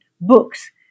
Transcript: books